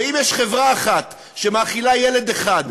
ואם יש חברה אחת שמאכילה ילד אחד,